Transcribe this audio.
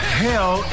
hell